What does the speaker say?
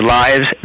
lives